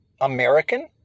American